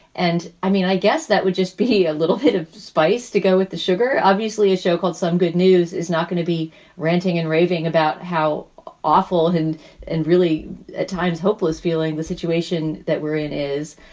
and i mean, i guess that would just be a little bit of spice to go with the sugar. obviously, a show called some good news is not going to be ranting and raving about how awful and and really at times hopeless feeling the situation that we're in is.